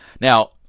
Now